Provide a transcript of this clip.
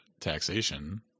taxation